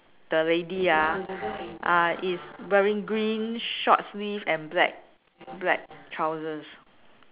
the lady ah ah is wearing green short sleeve and black black trousers